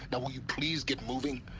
now will you please get moving?